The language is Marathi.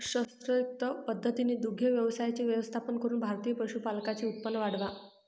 शास्त्रोक्त पद्धतीने दुग्ध व्यवसायाचे व्यवस्थापन करून भारतीय पशुपालकांचे उत्पन्न वाढवा